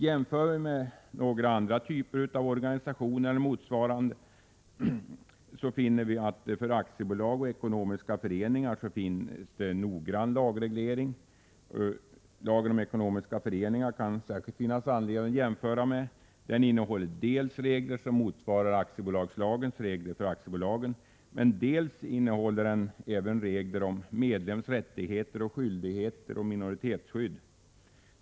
Jämför vi med andra typer av organisationer finner vi att det för t.ex. aktiebolag och ekonomiska föreningar föreligger en noggrann lagreglering. Det kan finnas särskild anledning att jämföra med lagen om ekonomiska föreningar. Den innehåller dels regler motsvarande aktiebolagslagens gällande aktiebolagen, dels regler om medlems rättigheter och skyldigheter samt minoritetsskydd.